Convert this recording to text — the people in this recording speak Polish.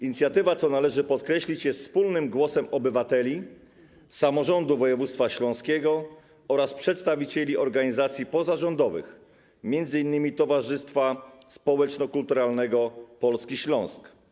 Inicjatywa, co należy podkreślić, jest wspólnym głosem obywateli, samorządu województwa śląskiego oraz przedstawicieli organizacji pozarządowych, m.in. Towarzystwa Społeczno-Kulturalnego Polski Śląsk.